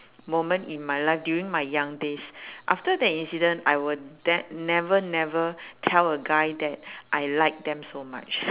moment in my life during my young days after that incident I will de~ never never tell a guy that I like them so much